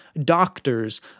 doctors